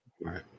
Right